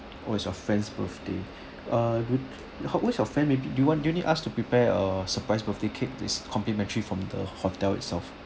oh is your friend's birthday uh would how where is your friend maybe do you want do you need us to prepare a surprise birthday cake is complimentary from the hotel itself